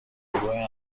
گروه